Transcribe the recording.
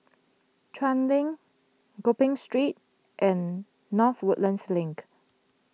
Chuan Link Gopeng Street and North Woodlands Link